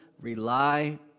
rely